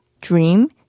Dream